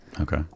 Okay